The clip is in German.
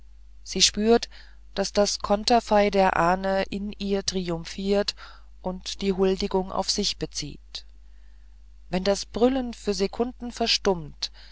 sie spürt daß das konterfei der ahne in ihr triumphiert und die huldigung auf sich bezieht wenn das brüllen für sekunden verstummt